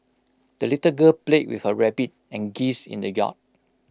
the little girl played with her rabbit and geese in the yard